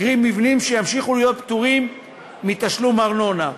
קרי מבנים שימשיכו להיות פטורים מתשלום ארנונה.